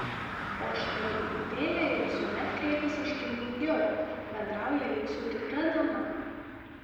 o štai į fėją ji visuomet kreipiasi iškilmingiau bendrauja lyg su tikra dama